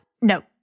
No